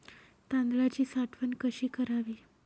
तांदळाची साठवण कशी करावी?